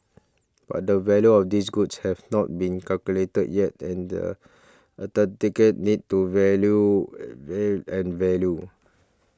but the value of these goods have not been calculated yet and need to value and valued